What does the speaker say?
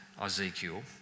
Ezekiel